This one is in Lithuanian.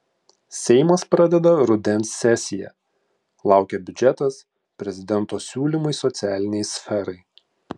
seimas pradeda rudens sesiją laukia biudžetas prezidento siūlymai socialinei sferai